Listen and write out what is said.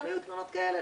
גם היו תלונות כאלה,